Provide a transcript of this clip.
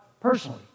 Personally